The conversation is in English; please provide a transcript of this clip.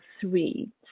three